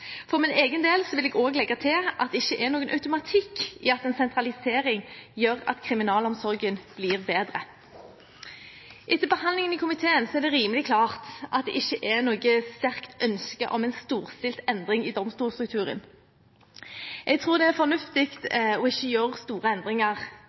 For min egen del vil jeg legge til at det ikke er noen automatikk i at en sentralisering gjør at kriminalomsorgen blir bedre. Etter behandlingen i komiteen er det rimelig klart at det ikke er noe sterkt ønske om en storstilt endring i domstolsstrukturen. Jeg tror det er fornuftig ikke å gjøre store endringer